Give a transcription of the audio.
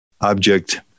object